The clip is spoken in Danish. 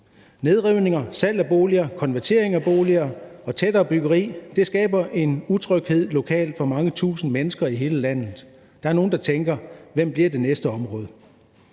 Nedrivninger, salg af boliger, konvertering af boliger og tættere byggeri skaber en utryghed lokalt for mange tusind mennesker i hele landet. Der er nogle, der tænker: Hvad bliver det næste område?